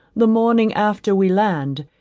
the morning after we land,